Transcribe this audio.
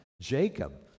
Jacob